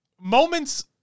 moments